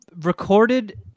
recorded